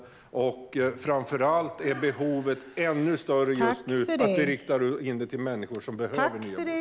Nu behöver vi framför allt rikta in oss på att bygga för de människor som behöver nya bostäder.